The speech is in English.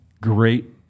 great